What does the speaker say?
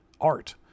art